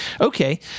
okay